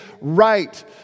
right